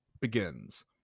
begins